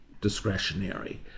discretionary